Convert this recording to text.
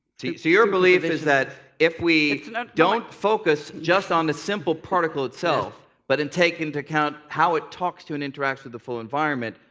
so your belief is that if we don't don't focus just on the simple particle itself, but and take into account how it talks to and interacts with the full environment,